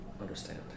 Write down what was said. understand